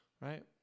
right